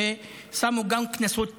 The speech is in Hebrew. ששמו גם קנסות פליליים.